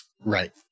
right